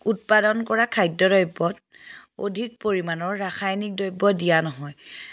উৎপাদন কৰা খাদ্য দ্ৰব্যত অধিক পৰিমাণৰ ৰাসায়নিক দ্ৰব্য দিয়া নহয়